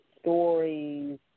stories